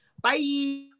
Bye